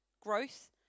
growth